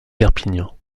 perpignan